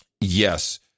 Yes